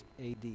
AD